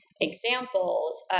examples